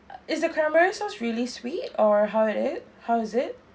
is the cranberry sauce really sweet or how it is how is it